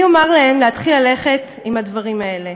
אני אומר להם להתחיל ללכת עם הדברים האלה.